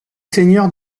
seigneur